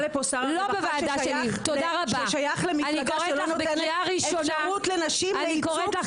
בא לפה שר הרווחה שייך למפלגה שלא נותנת לנשים אפשרות להיבחר.